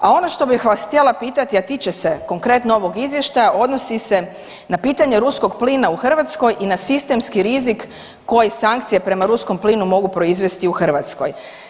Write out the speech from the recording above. A ono što bih htjela pitati a tiče se konkretno ovog izvještaja, odnosi se na pitanje ruskog plina u hrvatskoj i na sistemski rizik koji sankcije prema ruskom plinu mogu proizvesti u Hrvatskoj.